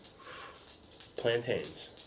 Plantains